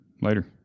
later